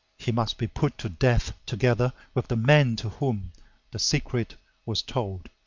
he must be put to death together with the man to whom the secret was told.